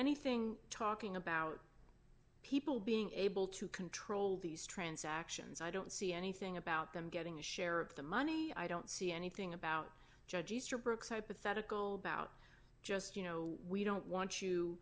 anything talking about people being able to control these transactions i don't see anything about them getting a share of the money i don't see anything about judge easterbrook hypothetical about just you know we don't want